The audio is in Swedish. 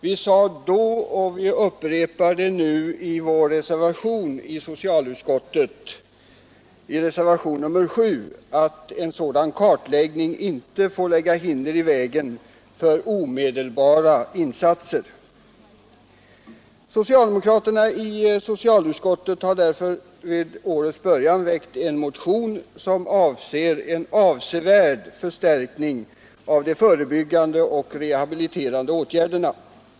Vi sade då och upprepar det nu i reservationen 7, att en sådan kartläggning inte får lägga hinder i vägen för omedelbara insatser. Socialdemokraterna i socialutskottet har därför vid årets början väckt en motion som avser en avsevärd förstärkning av de förebyggande och rehabiliterande åtgärderna.